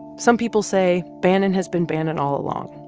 some people say bannon has been bannon all along.